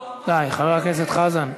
די, חבר הכנסת חזן.